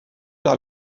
par